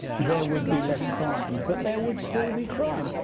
there would be less crime, but there would still be crime.